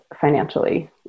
financially